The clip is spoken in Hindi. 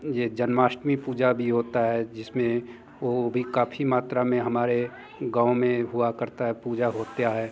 ये जन्माष्टमी पूजा भी होती है जिस में वो भी काफ़ी मात्रा में हमारे गाँव में हुआ करती है पूजा होती है